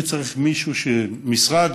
צריך מישהו, משרד